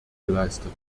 geleistet